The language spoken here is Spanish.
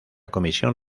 comisión